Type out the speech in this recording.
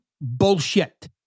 bullshit